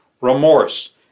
Remorse